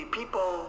people